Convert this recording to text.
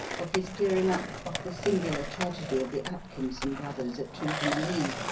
of his clearing up of the singular tragedy of the atkinson brothers at trincomalee,